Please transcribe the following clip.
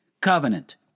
covenant